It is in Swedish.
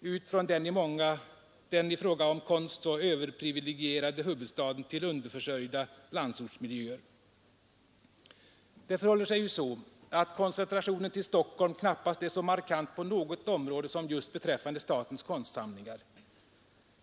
ut från den i fråga om konst så överprivilegierade huvudstaden till underförsörjda landsortsmiljöer. Det förhåller sig så att koncentrationen till Stockholm knappast är så markant på något område som just beträffande statens konstsamlingar.